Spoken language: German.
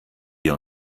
wir